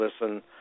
listen